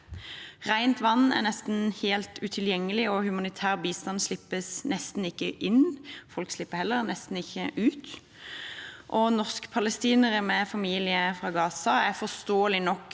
Rent vann er nesten helt utilgjengelig, og humanitær bistand slippes nesten ikke inn – folk slipper heller nesten ikke ut. Norsk-palestinere med familie i Gaza er forståelig nok